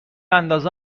اندازه